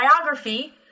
Biography